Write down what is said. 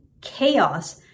chaos